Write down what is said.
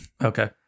Okay